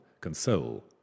console